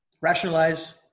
rationalize